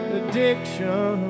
addiction